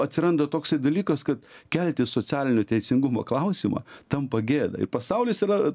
atsiranda toksai dalykas kad kelti socialinio teisingumo klausimą tampa gėda ir pasaulis yra